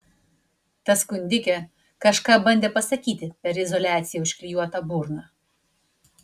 ta skundikė kažką bandė pasakyti per izoliacija užklijuotą burną